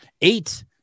eight